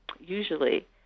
usually